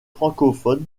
francophones